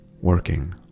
working